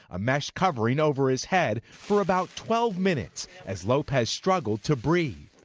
a mesh covering over his head for about twelve minutes as lopez struggled to breathe.